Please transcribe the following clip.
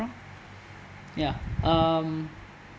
wrong ya um